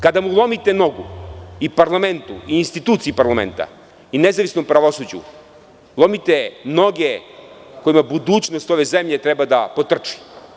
Kada mu lomite nogu i parlamentu i instituciji parlamenta, i nezavisnom pravosuđu, lomite noge kojima budućnost ove zemlje treba da potrči.